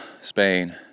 Spain